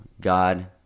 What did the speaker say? God